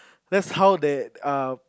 that's how they err